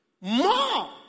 more